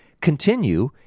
continue